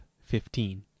fifteen